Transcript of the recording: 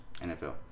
NFL